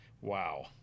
Wow